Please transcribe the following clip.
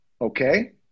Okay